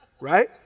right